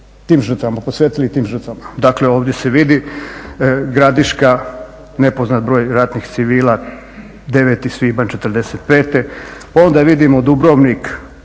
tim žrtvama, posvetili tim žrtvama. Dakle ovdje se vidi Gradiška, nepoznat broj ratnih civila, 9. svibanj '45., pa onda vidimo Dubrovnik